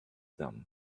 them